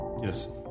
Yes